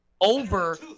Over